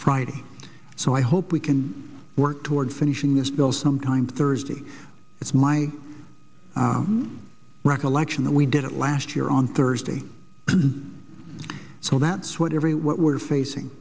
friday so i hope we can work toward finishing this bill some kind thursday it's my recollection that we did it last year on thursday so that's what every what we're facing